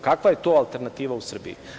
Kakva je to alternativa u Srbiji?